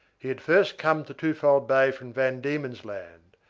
he had first come to twofold bay from van diemen's land,